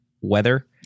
weather